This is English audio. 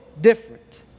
different